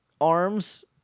arms